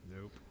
Nope